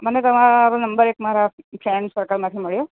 મને તમારો નંબર એક મારા ફ્રેન્ડ સર્કલમાંથી મળ્યો